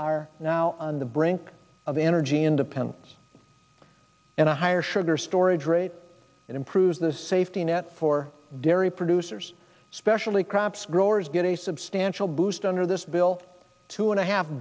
are now on the brink of energy independence and a higher sugar storage rate and improves the safety net for dairy producers especially crops growers get a substantial boost under this bill two and a half